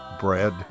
bread